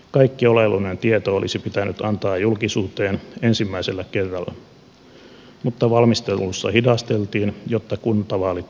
kaikki oleellinen tieto olisi pitänyt antaa julkisuuteen ensimmäisellä kerralla mutta valmisteluissa hidasteltiin jotta kuntavaalit ehdittiin käydä